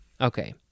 Okay